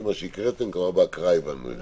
מה שהקראתם, כבר בהקראה הבנו את זה.